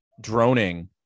droning